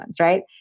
right